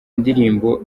indirimbo